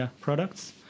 products